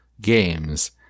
games